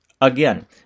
Again